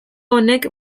honek